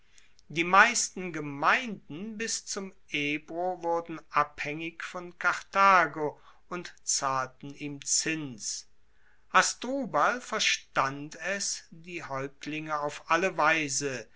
die meisten gemeinden bis zum ebro wurden abhaengig von karthago und zahlten ihm zins hasdrubal verstand es die haeuptlinge auf alle weise